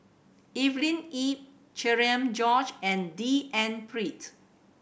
Evelyn Lip Cherian George and D N Pritt